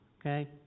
Okay